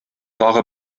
тагы